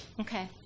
Okay